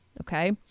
okay